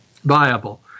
viable